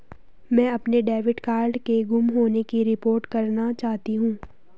मैं अपने debit card के गुम होने की रिपोर्ट करना चाहती हूँ